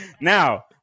Now